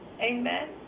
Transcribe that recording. Amen